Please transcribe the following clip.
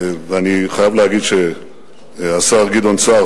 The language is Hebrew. ואני חייב להגיד שהשר גדעון סער,